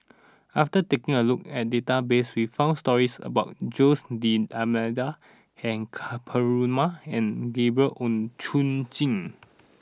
after taking a look at the database we found stories about Jose D'almeida Ka Perumal and Gabriel Oon Chong Jin